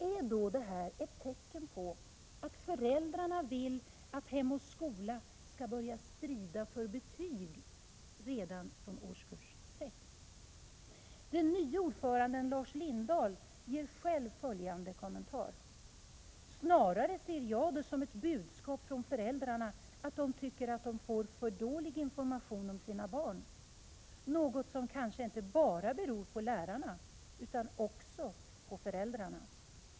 Är då detta ett tecken på att föräldrarna vill att Hem och skola skall börja strida för betyg redan från årskurs 6? Den nye ordföranden Lars Lindahl ger själv följande kommentar: ”Snarare ser jag det som ett budskap från föräldrarna att de tycker att de får för dålig information om sina barn. Något som kanske inte bara beror på lärarna utan också på föräldrarna.